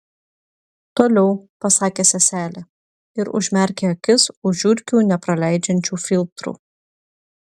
toliau pasakė seselė ir užmerkė akis už žiurkių nepraleidžiančių filtrų